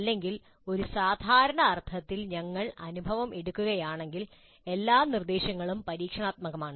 അല്ലെങ്കിൽ ഒരു സാധാരണ അർത്ഥത്തിൽ ഞങ്ങൾ അനുഭവം എടുക്കുകയാണെങ്കിൽ എല്ലാ നിർദ്ദേശങ്ങളും പരീക്ഷണാത്മകമാണ്